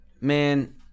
Man